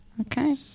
Okay